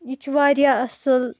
یہِ چھُ وارِیاہ اَصٕل